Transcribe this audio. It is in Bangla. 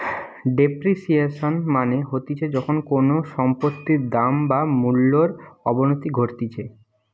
ডেপ্রিসিয়েশন মানে হতিছে যখন কোনো সম্পত্তির দাম বা মূল্যর অবনতি ঘটতিছে